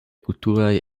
kulturaj